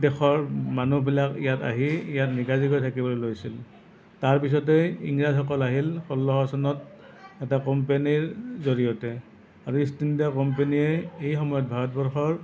দেশৰ মানুহবিলাক ইয়াত আহি ইয়াত নিগাজীকৈ থাকিবলৈ লৈছিল তাৰপিছতেই ইংৰাজসকল আহিল ষোল্লশ চনত এটা কোম্পেনীৰ জৰিয়তে আৰু ইষ্ট ইণ্ডিয়া কোম্পেনী সেইসময়ত ভাৰতবৰ্ষৰ